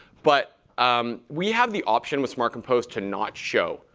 but um we have the option with smart compose to not show.